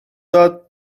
داد